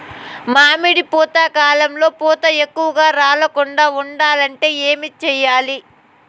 మామిడి పూత కాలంలో పూత ఎక్కువగా రాలకుండా ఉండాలంటే ఏమి చెయ్యాలి?